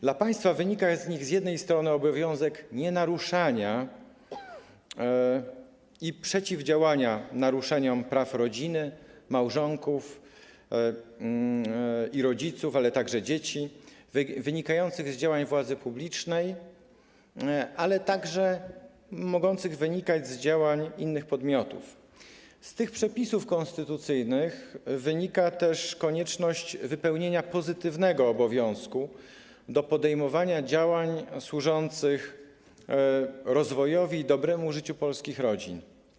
Dla państwa wynika z nich z jednej strony obowiązek nienaruszania i przeciwdziałania naruszeniom praw rodziny, małżonków i rodziców, a także dzieci wynikającym z działań władzy publicznej, ale także mogących wynikać z działań innych podmiotów, z drugiej strony z tych przepisów konstytucyjnych wynika też konieczność wypełnienia pozytywnego obowiązku w zakresie podejmowania działań służących rozwojowi i dobremu życiu polskich rodzin.